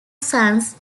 sons